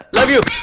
love you!